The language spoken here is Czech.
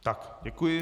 Tak, děkuji.